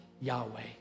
Yahweh